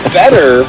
better